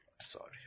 sorry